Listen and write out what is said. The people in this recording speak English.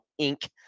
Inc